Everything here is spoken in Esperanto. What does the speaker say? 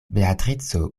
beatrico